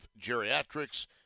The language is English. Geriatrics